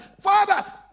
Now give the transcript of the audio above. Father